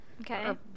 okay